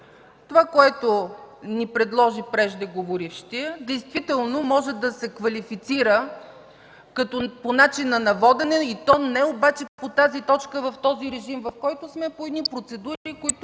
Това, което ни предложи преждеговорившият, действително може да се квалифицира по начина на водене и то не обаче по тази точка в този режим, в който сме, а по едни процедури, които...